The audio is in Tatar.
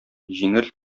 җиңел